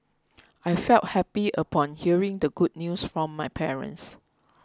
I felt happy upon hearing the good news from my parents